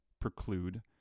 preclude